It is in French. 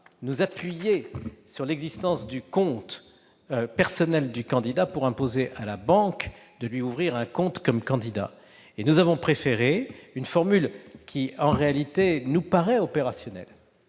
nous appuyer sur l'existence du compte personnel du candidat pour imposer à la banque de lui ouvrir un compte en tant que candidat. À cette solution, nous avons préféré une formule qui nous paraît opérationnelle